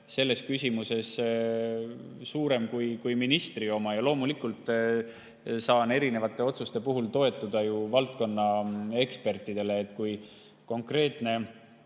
ekspertiis suurem kui ministri oma ja loomulikult saan erinevate otsuste puhul toetuda valdkonna ekspertidele. Kui konkreetne